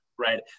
right